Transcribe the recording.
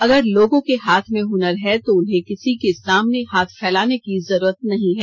अगर लोगों के हाथ में हुनर है तो उन्हें किसी के भी सामने हाथ फैलाने की जरूरत नही है